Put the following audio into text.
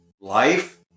life